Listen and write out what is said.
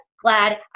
glad